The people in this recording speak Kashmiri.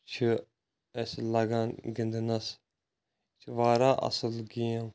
چھِ اسہِ لگان گِنٛدنَس یہِ چھِ واریاہ اصٕل گیم